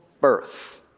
birth